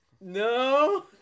No